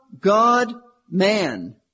God-man